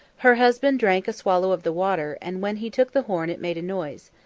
her husband drank a swallow of the water, and when he took the horn it made a noise.